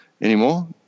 anymore